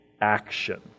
action